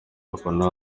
abafana